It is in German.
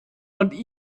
und